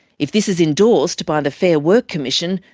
if this is endorsed by the fair work commission,